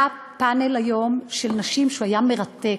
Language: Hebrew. היה היום פאנל של נשים, שהיה מרתק,